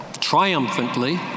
triumphantly